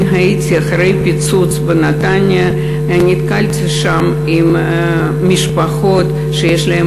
הייתי אחרי הפיצוץ בנתניה ונתקלתי שם במשפחות שיש להן